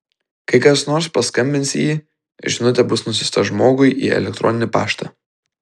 kai kas nors paskambins į jį žinutė bus nusiųsta žmogui į elektroninį paštą